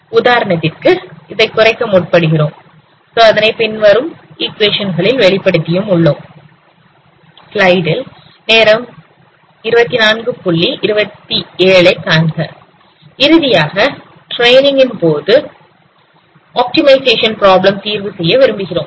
உதாரணத்திற்கு இதை குறைக்க முற்படுகிறோம் இறுதியாக ட்ரெய்னிங் போது அப்டிமைசேஷன் ப்ராப்ளம் தீர்வு செய்ய விரும்புகிறோம்